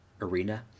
arena